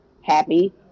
happy